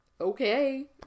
okay